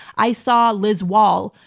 i saw liz wahl,